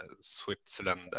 Switzerland